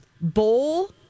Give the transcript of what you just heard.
bowl